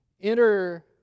Enter